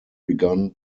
begun